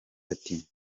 ati